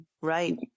Right